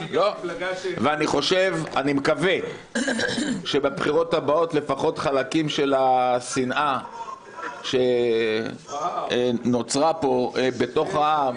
אני מקווה שבבחירות הבאות לפחות חלקים של השנאה שנוצרה בתוך העם,